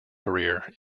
career